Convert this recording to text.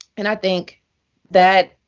and i think that